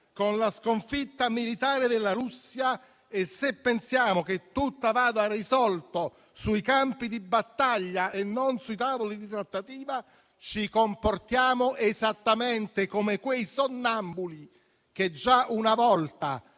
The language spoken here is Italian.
con la sconfitta militare della Russia e se pensiamo che tutto vada risolto sui campi di battaglia e non sui tavoli di trattativa, ci comportiamo esattamente come quei sonnambuli che già una volta